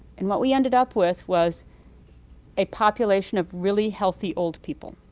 and what we ended up with was a population of really healthy old people.